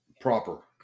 proper